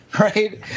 right